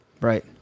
Right